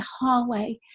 hallway